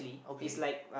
okay